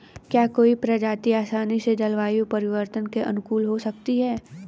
क्या कोई प्रजाति आसानी से जलवायु परिवर्तन के अनुकूल हो सकती है?